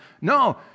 No